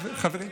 ובכן, חבריי,